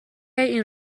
این